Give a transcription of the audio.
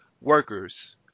workers